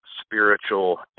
spiritual